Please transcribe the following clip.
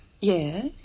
Yes